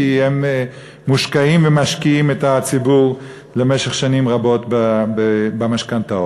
כי הם מושקעים ומשקיעים את הציבור למשך שנים רבות במשכנתאות.